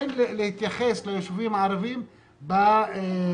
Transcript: אין להתייחס ליישובים הערביים בנתונים